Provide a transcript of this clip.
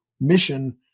mission